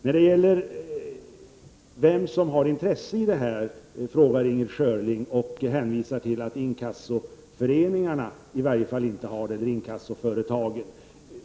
När det gäller frågan om vem som har intresset av en förändring hänvisar Inger Schörling till att inkassoföreningarna i varje fall inte har något intresse av den.